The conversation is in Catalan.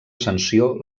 sanció